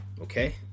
Okay